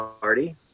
party